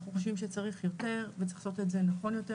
אנחנו חושבים שצריך יותר וצריך לעשות את זה נכון יותר,